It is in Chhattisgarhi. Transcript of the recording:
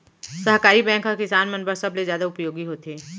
सहकारी बैंक ह किसान मन बर सबले जादा उपयोगी होथे